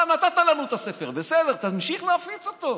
אתה נתת לנו את הספר, בסדר, תמשיך להפיץ אותו.